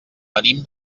venim